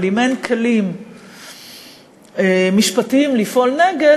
אבל אם אין כלים משפטיים לפעול נגד,